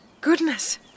Goodness